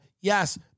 yes